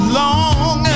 long